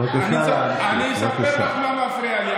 אני אספר לך מה מפריע לי.